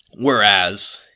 Whereas